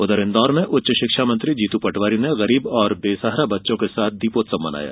उधर इंदौर में उच्च शिक्षा मंत्री जीतू पटवारी ने गरीब और बेसहारा बच्चों के साथ दीपोत्सव मनाया